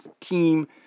team